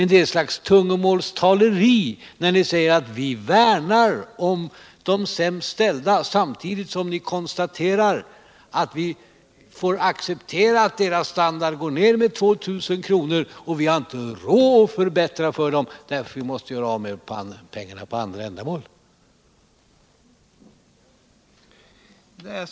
Det är ett slags tungomålstalande när ni säger att ni värnar om de sämst ställda, samtidigt som ni konstaterar att vi får acceptera att deras standard går ner med 2 000 kr. och att vi inte har råd att förbättra för dem för vi måste göra av med pengarna för andra ändamål.